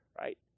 Right